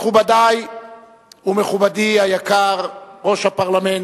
מכובדי ומכובדי היקר, ראש הפרלמנט,